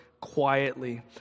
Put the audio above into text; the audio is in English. quietly